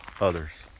others